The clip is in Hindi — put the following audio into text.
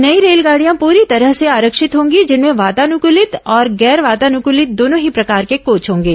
नई रेलगाड़ियां पूरी तरह से आरक्षित होंगी जिनमें वातानुकूलित और गैर वातानुकूलित दोनों ही प्रकार के कोच होंगे